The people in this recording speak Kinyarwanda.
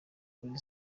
kuri